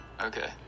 Okay